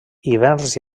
hiverns